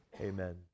Amen